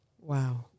Wow